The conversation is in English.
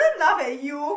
laugh at you